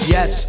Yes